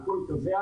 על כל קוויה,